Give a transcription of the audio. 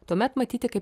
tuomet matyti kaip